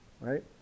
right